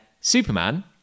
Superman